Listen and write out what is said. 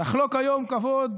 לחלוק היום כבוד